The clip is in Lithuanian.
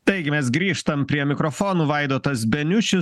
taigi mes grįžtam prie mikrofonų vaidotas beniušis